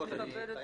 נקבל את זה